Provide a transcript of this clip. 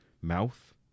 mouth